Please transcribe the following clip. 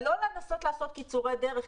לא לנסות לעשות קיצורי דרך.